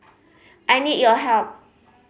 I need your help